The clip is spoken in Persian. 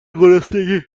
گرسنگی